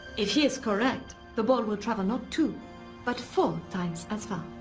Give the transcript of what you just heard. if he is correct, the ball will travel not two but four times as far.